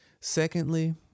Secondly